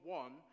one